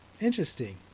Interesting